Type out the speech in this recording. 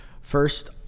first